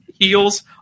heels